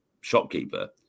shopkeeper